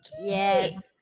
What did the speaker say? Yes